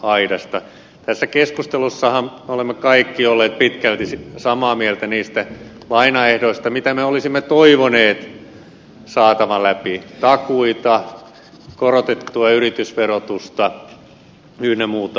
tässä keskustelussahan olemme kaikki olleet pitkälti samaa mieltä niistä lainaehdoista mitä me olisimme toivoneet saatavan läpi takuita korotettua yritysverotusta ynnä muuta